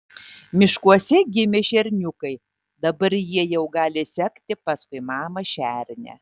miškuose gimė šerniukai dabar jie jau gali sekti paskui mamą šernę